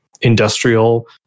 industrial